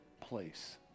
place